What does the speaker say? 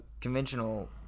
conventional